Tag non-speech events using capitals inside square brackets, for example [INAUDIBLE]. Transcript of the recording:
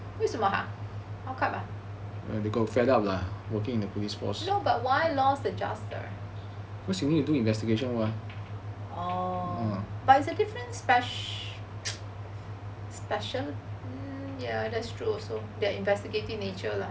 为什么 ha how come ah no why all adjusters orh but it's a different spec~ [NOISE] special mm ya that's true also they're investigative nature lah